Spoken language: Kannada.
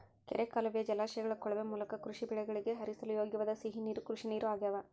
ಕೆರೆ ಕಾಲುವೆಯ ಜಲಾಶಯಗಳ ಕೊಳವೆ ಮೂಲಕ ಕೃಷಿ ಬೆಳೆಗಳಿಗೆ ಹರಿಸಲು ಯೋಗ್ಯವಾದ ಸಿಹಿ ನೀರು ಕೃಷಿನೀರು ಆಗ್ಯಾವ